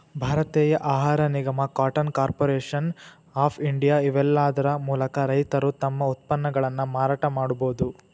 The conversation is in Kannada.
ಭಾರತೇಯ ಆಹಾರ ನಿಗಮ, ಕಾಟನ್ ಕಾರ್ಪೊರೇಷನ್ ಆಫ್ ಇಂಡಿಯಾ, ಇವೇಲ್ಲಾದರ ಮೂಲಕ ರೈತರು ತಮ್ಮ ಉತ್ಪನ್ನಗಳನ್ನ ಮಾರಾಟ ಮಾಡಬೋದು